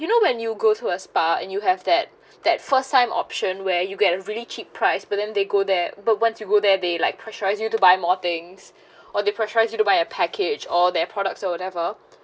you know when you go to a spa and you have that that first time option where you get a really cheap price but then they go there but once you go there they like pressurize you to buy more things or they pressurize you to buy a package or their products so whatever